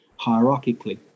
hierarchically